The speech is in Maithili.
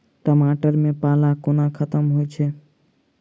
टमाटर मे पाला कोना खत्म होइ छै?